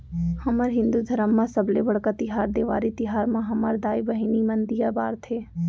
हमर हिंदू धरम म सबले बड़का तिहार देवारी तिहार म हमर दाई बहिनी मन दीया बारथे